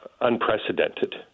unprecedented